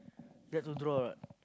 like to draw what